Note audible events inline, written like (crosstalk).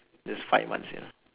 (breath) just five months ya